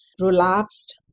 relapsed